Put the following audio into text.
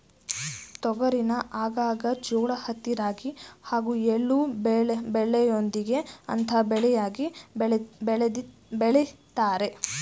ತೊಗರಿನ ಆಗಾಗ ಜೋಳ ಹತ್ತಿ ರಾಗಿ ಹಾಗೂ ಎಳ್ಳು ಬೆಳೆಗಳೊಂದಿಗೆ ಅಂತರ ಬೆಳೆಯಾಗಿ ಬೆಳಿತಾರೆ